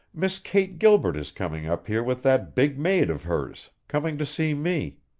miss kate gilbert is coming up here with that big maid of hers coming to see me.